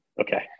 Okay